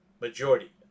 Majority